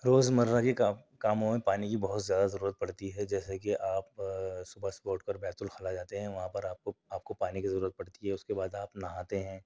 روزمرہ کے کام کاموں میں پانی کی بہت زیادہ ضرورت پڑتی ہے جیسے کہ آپ صبح صبح اٹھ کر بیت الخلاء جاتے ہیں وہاں پر آپ کو آپ کو پانی کی ضرورت پڑتی ہے اس کے بعد آپ نہاتے ہیں